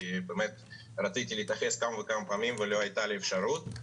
באמת רציתי להתייחס כמה פעמים ולא הייתה לי אפשרות.